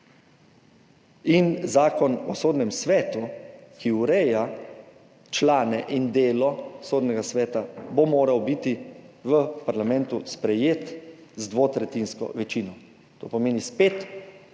In Zakon o sodnem svetu, ki ureja člane in delo Sodnega sveta, bo moral biti v parlamentu sprejet z dvotretjinsko večino. To spet